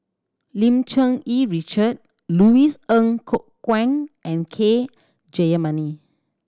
Lim Cherng Yih Richard Louis Ng Kok Kwang and K Jayamani